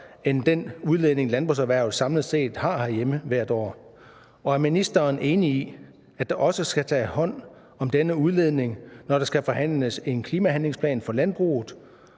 end den udledning, landbrugserhvervet samlet set har herhjemme hvert år, og er ministeren enig i, at der også skal tages hånd om denne udledning, når der skal forhandles en klimahandlingsplan for landbruget,